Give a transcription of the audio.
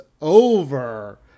over